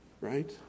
Right